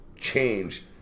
change